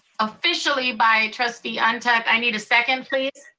officially by trustee ah ntuk. i need a second please.